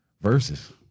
verses